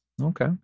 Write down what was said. Okay